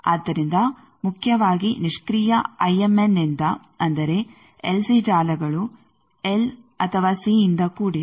ಆದ್ದರಿಂದ ಮುಖ್ಯವಾಗಿ ನಿಷ್ಕ್ರಿಯ ಐಎಮ್ಎನ್ನಿಂದ ಅಂದರೆ ಎಲ್ಸಿ ಜಾಲಗಳು ಎಲ್ ಅಥವಾ ಸಿಯಿಂದ ಕೂಡಿವೆ